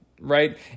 right